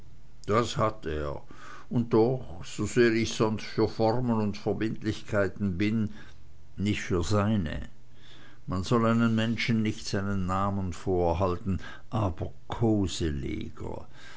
das hat er und doch sosehr ich sonst für formen und verbindlichkeiten bin nicht für seine man soll einem menschen nicht seinen namen vorhalten aber koseleger